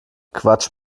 quatsch